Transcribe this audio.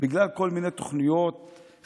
בגלל כל מיני תוכניות חדשות,